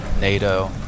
NATO